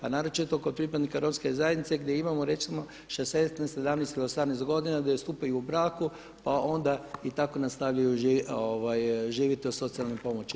A naročito kod pripadnika romske zajednice gdje imamo recimo 16, 17 ili 18 godina gdje stupaju u brak i tako nastavljaju živjeti od socijalne pomoći.